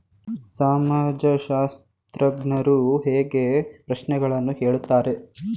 ಸಮಾಜಶಾಸ್ತ್ರಜ್ಞರು ಹೇಗೆ ಪ್ರಶ್ನೆಗಳನ್ನು ಕೇಳುತ್ತಾರೆ?